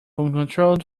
uncontrolled